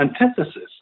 antithesis